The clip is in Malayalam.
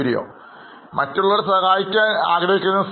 Curio മറ്റുള്ളവരെ സഹായിക്കാൻ ആഗ്രഹിക്കുന്നു